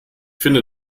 finde